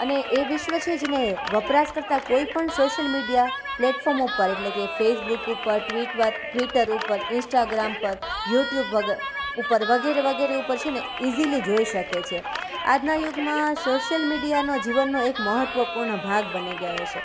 અને એ વિશ્વ છે જેને વપરાશ કરતાં કોઈપણ સોશિયલ મીડિયા પ્લેટફોર્મ ઉપર એટલે કે ફેસબુક ઉપર ટવીટ્વ ટ્વિટર ઉપર ઇન્સ્ટાગ્રામ પર યૂટ્યૂબ વગ ઉપર વગેરે વગેરે ઉપર છે ને ઈઝીલી જોઈ શકે છે આજના યુગમાં સોશિયલ મીડિયાનો જીવનનો એક મહત્વપૂર્ણ ભાગ બની ગયો છે